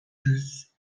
yüz